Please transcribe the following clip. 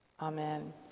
Amen